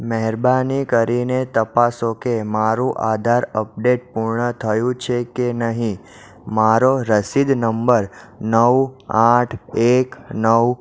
મહેરબાની કરીને તપાસો કે મારું આધાર અપડેટ પૂર્ણ થયું છે કે નહીં મારો રસીદ નંબર નવ આઠ એક નવ